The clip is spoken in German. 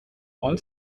all